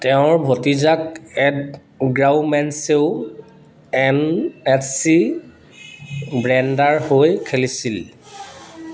তেওঁৰ ভতিজাক এড গ্ৰাউমেন্সেও এন এছ চি ব্ৰেডাৰ হৈ খেলিছিল